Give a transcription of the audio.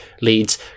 leads